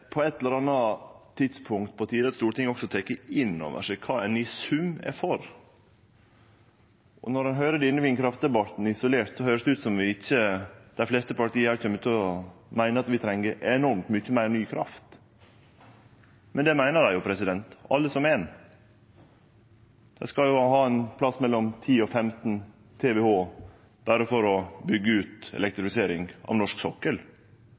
på eit eller anna tidspunkt på tide at Stortinget også tek inn over seg kva ein i sum får. Når ein høyrer denne vindkraftdebatten isolert, høyrest det ut som dei fleste partia ikkje kjem til å meine at vi treng enormt mykje meir ny kraft. Men det meiner dei jo, alle som éin. Dei skal jo ha ein plass mellom 10 og 15 TWh berre for å byggje ut elektrifisering av norsk sokkel